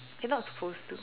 you're not suppose to